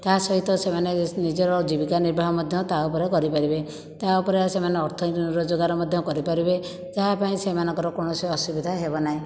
ତା ସହିତ ସେମାନେ ନିଜର ଜୀବିକା ନିର୍ବାହ ମଧ୍ୟ ତାହା ଉପରେ କରିପାରିବେ ତାହା ଉପରେ ସେମାନେ ଅର୍ଥ ରୋଜଗାର ମଧ୍ୟ କରିପାରିବେ ତାହା ପାଇଁ ସେମାନଙ୍କର କୌଣସି ଅସୁବିଧା ହେବ ନାହିଁ